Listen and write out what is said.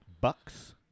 bucks